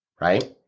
right